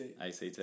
ACT